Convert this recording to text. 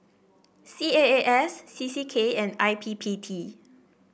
C A A S C C K and I P P T